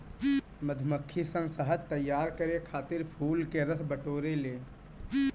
मधुमक्खी सन शहद तैयार करे खातिर फूल के रस बटोरे ले